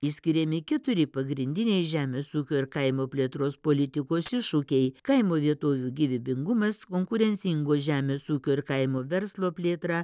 išskiriami keturi pagrindiniai žemės ūkio ir kaimo plėtros politikos iššūkiai kaimo vietovių gyvybingumas konkurencingo žemės ūkio ir kaimo verslo plėtra